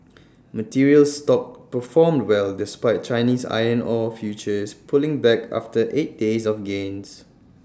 materials stocks performed well despite Chinese iron ore futures pulling back after eight days of gains